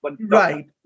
Right